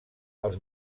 als